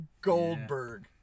Goldberg